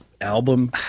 album